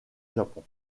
japon